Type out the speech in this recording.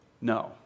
No